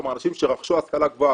כלומר אנשים שרכשו השכלה גבוהה,